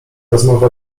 rozmowa